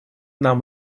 нам